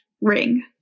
Ring